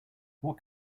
what